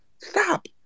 Stop